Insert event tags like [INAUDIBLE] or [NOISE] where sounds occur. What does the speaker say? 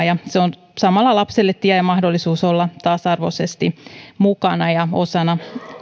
[UNINTELLIGIBLE] ja se on samalla lapselle tie ja mahdollisuus olla tasa arvoisesti mukana ja osana